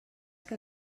que